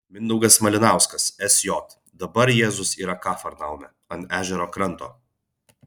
mindaugas malinauskas sj dabar jėzus yra kafarnaume ant ežero kranto